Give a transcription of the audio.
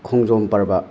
Khongjom Parva